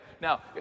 Now